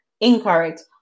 incorrect